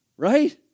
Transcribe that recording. right